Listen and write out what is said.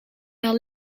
naar